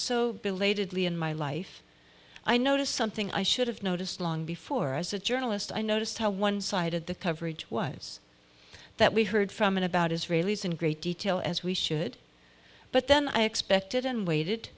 belatedly in my life i noticed something i should have noticed long before as a journalist i noticed how one sided the coverage was that we heard from and about israelis in great detail as we should but then i expected and waited